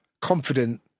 confident